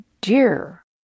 dear